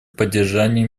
поддержания